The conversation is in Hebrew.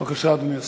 בבקשה, אדוני השר.